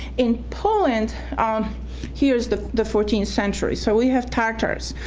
in poland here's the the fourteenth century so we have tartars,